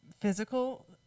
physical